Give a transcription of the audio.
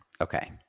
okay